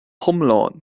hiomlán